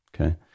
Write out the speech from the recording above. okay